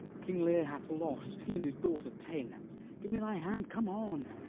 king lear hath lost, he and his daughter ta'en give me thy hand come on!